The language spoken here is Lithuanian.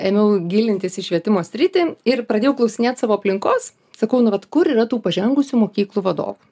ėmiau gilintis į švietimo sritį ir pradėjau klausinėt savo aplinkos sakau nu vat kur yra tų pažengusių mokyklų vadovų